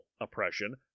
oppression